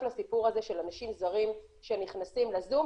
לסיפור הזה של אנשים זרים שנכנסים לזום,